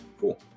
Cool